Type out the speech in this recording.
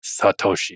Satoshi